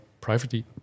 privately